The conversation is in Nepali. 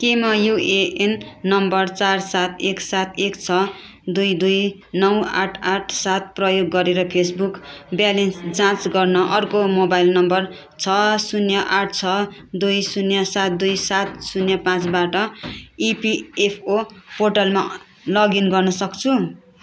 के म युएएन नम्बर चार सात एक सात एक छ दुई दुई नौ आठ आठ सात प्रयोग गरेर फेसबुक ब्यालेन्स जाँच गर्न अर्को मोबाइल नम्बर छ शून्य आठ छ दुई शून्य सात दुई सात शून्य पाँच बाट इपिएफओ पोर्टलमा लगइन गर्न सक्छु